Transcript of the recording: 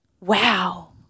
Wow